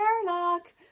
Sherlock